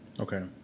Okay